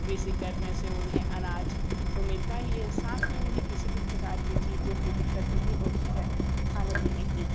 कृषि करने से उन्हें अनाज तो मिलता ही है साथ में उन्हें किसी भी प्रकार की चीज़ों की दिक्कत नहीं होती है खाने पीने की